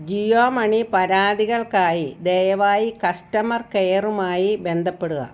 Jio money പരാതികൾക്കായി ദയവായി customer കെയറുമായി ബന്ധപ്പെടുക